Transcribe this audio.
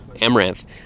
amaranth